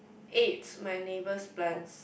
ate my neighbour plants